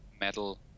metal